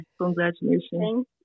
Congratulations